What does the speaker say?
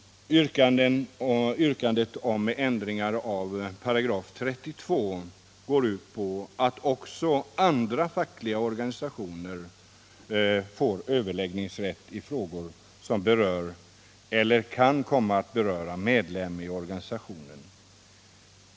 Yrkandet om ändring av 323 går ut på att också ge andra fackliga organisationer överläggningsrätt i frågor som berör eller kan komma att beröra medlem i organisationen.